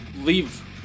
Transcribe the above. leave